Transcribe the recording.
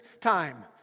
time